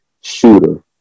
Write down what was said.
shooter